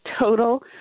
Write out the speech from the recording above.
total